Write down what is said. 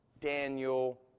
Daniel